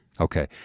Okay